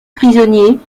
prisonniers